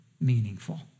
meaningful